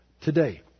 today